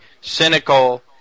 cynical